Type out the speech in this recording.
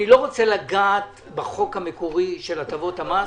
אני לא רוצה לגעת בחוק המקורי של הטבות המס